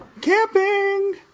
Camping